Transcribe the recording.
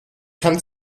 kann